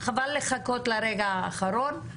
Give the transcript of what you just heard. לחכות לרגע האחרון,